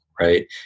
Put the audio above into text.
right